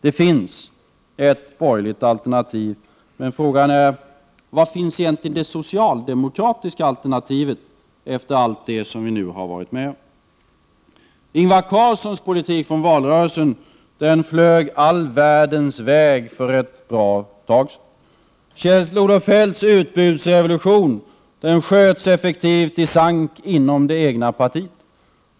Det finns ett borgerligt alternativ. Frågan är: Var finns det socialdemokratiska alternativet efter allt vi varit med om? Ingvar Carlssons politik från valrörelsen flög all världens väg för ett bra tag sedan. Kjell-Olof Feldts utbudsrevolution sköts effektivt i sank inom det egna partiet.